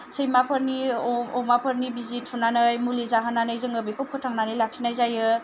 सैमाफोरनि अमाफोरनि बिजि थुनानै मुलि जाहोनानै जोङो बेखौ फोथांनानै लाखिनाय जायो